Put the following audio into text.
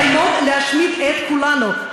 ומאיימות להשמיד את כולנו,